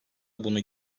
bunu